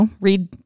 read